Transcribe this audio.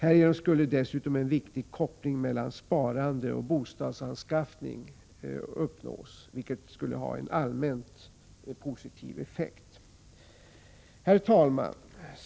Härigenom skulle vidare en viktig koppling mellan sparande och bostadsanskaffning uppnås. Det skulle ha en allmänt positiv effekt. Herr talman!